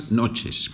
noches